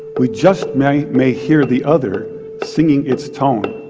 we just may may hear the other singing its tone.